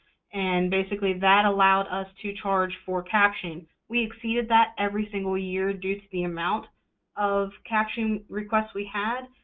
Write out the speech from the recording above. and basically, that allowed us to charge for captioning. we exceeded that every single year due to the amount of captioning requests we had.